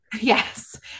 Yes